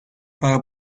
paga